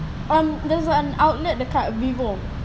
and there's one outlet dekat vivo